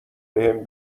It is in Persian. بهم